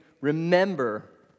remember